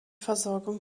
versorgung